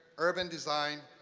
urban design,